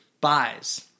buys